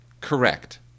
Correct